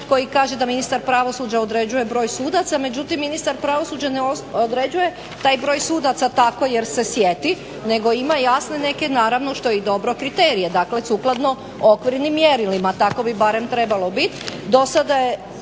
koji kaže da ministar pravosuđa određuje broj sudaca međutim ministar pravosuđa ne određuje taj broj sudaca tako jer se sjeti nego ima jasno neke naravno što je i dobro kriterije, dakle sukladno okvirnim mjerilima tako bi barem trebalo biti.